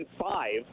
five